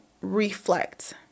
reflect